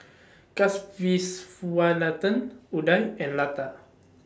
Kasiviswanathan Udai and Lata